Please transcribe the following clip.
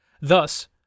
Thus